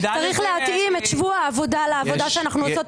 צריך להתאם את שבוע העבודה לעבודה שאנחנו עושות.